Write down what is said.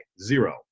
zero